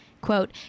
Quote